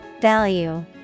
Value